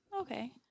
Okay